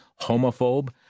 homophobe